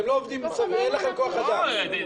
אין לכם כוח אדם.